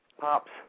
Pop's